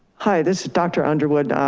hi, this is dr. underwood,